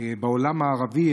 בעולם הערבי,